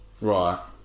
Right